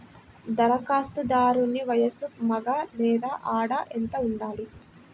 ధరఖాస్తుదారుని వయస్సు మగ లేదా ఆడ ఎంత ఉండాలి?